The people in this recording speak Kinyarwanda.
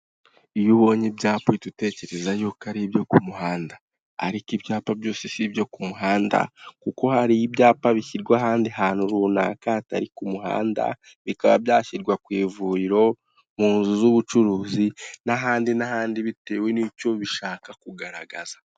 Iyo ubonye ibyapa uhita utekereza yuko ari ibyo ku muhanda. Ariko ibyapa byose si ibyo ku muhanda, kuko hari ibyapa bishyirwa ahandi hantu runaka hatari ku muhanda, bikaba byashyirwa ku ivuriro, mu nzu z'ubucuruzi, n'ahandi n'ahandi, bitewe n'icyo bishaka kugaragaza.